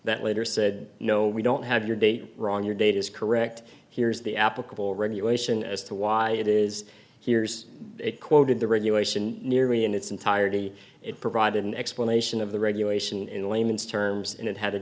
that later said no we don't have your date wrong your date is correct here is the applicable regulation as to why it is hears it quoted the regulation nearly in its entirety it provided an explanation of the regulation in layman's terms and it had a